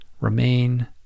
remain